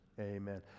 amen